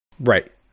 Right